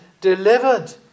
delivered